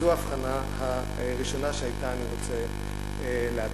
אז זו ההבחנה הראשונה שאתה אני רוצה להתחיל.